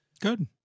good